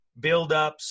buildups